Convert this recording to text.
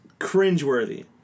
cringeworthy